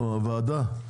או הוועדה?